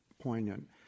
poignant